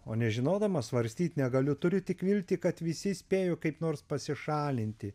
o nežinodamas svarstyt negaliu turiu tik viltį kad visi spėjo kaip nors pasišalinti